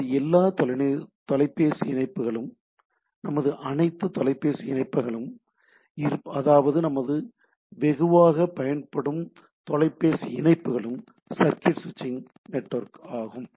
நமது எல்லா தொலைபேசி இணைப்பகங்களும் நமது அனைத்து தொலைபேசி இணைப்பகங்களும் அதாவது நாம் வெகுவாக பயன்படுத்தும் தொலைபேசி இணைப்புகளும் சர்க்யூட் ஸ்விச்ட் நெட்வொர்க் ஆகும்